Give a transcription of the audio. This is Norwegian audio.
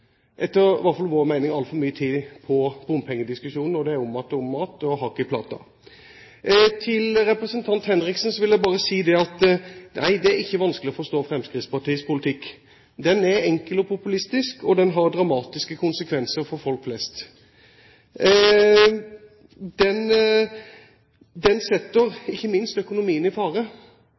etter vår mening, altfor mye tid på bompengediskusjonen. Det er om att og om att og hakk i plata. Til representanten Henriksen vil jeg bare si: Nei, det er ikke vanskelig å forstå Fremskrittspartiets politikk. Den er enkel og populistisk, og den har dramatiske konsekvenser for folk flest. Den setter ikke minst økonomien i fare,